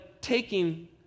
taking